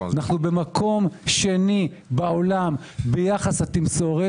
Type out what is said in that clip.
אנחנו במקום שני בעולם ביחס התמסורת.